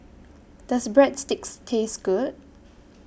Does Breadsticks Taste Good